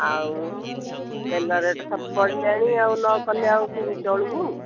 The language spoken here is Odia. ଆଉ ତେଲ ରେଟ୍ ସବୁ ବଢ଼ିଲାଣି ଆଉ ନକଲେ କେମତି ଚଳିବୁ